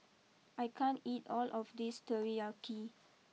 I can't eat all of this Teriyaki